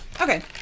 Okay